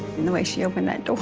and the way she opened that door